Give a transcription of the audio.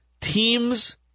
Teams